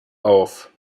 auf